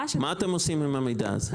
מה אתם עושים עם המידע הזה?